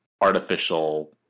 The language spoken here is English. artificial